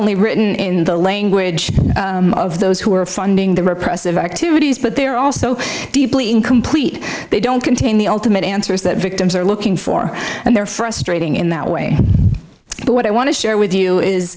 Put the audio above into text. only written in the language of those who are funding the repressive activities but they're also deeply incomplete they don't contain the ultimate answer is that victims are looking for and they're frustrating in that way but what i want to share with you is